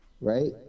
Right